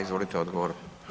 Izvolite, odgovor.